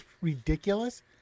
ridiculous